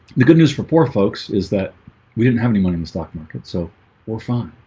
the good news for poor folks is that we didn't have any money in the stock market so or fun